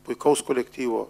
puikaus kolektyvo